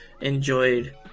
enjoyed